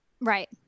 Right